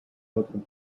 otro